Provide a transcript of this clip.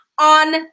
on